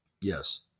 Yes